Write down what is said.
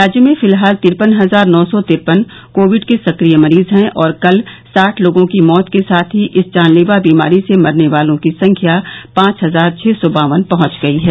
राज्य में फिलहाल तिरपन हजार नौ सौ तिरपन कोविड के सक्रिय मरीज हैं और कल साठ लोगों की मौत के साथ ही इस जानलेवा बीमारी से मरने वालों की संख्या पांच हजार छः सौ बावन पहुंच गई है